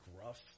gruff